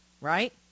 right